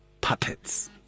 puppets